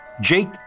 Jake